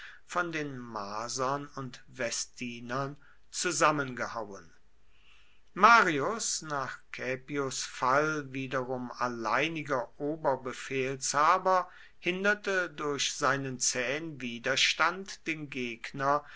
von den marsern und vestinern zusammengehauen marius nach caepios fall wiederum alleiniger oberbefehlshaber hinderte durch seinen zähen widerstand den gegner